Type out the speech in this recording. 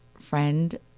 friend